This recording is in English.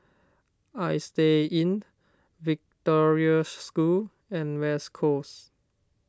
Istay Inn Victoria School and West Coast